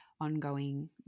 ongoing